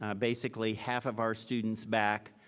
ah basically half of our students back